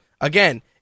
again